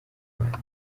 abandi